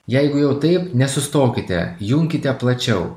jeigu jau taip nesustokite junkite plačiau